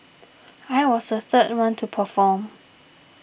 I was the third one to perform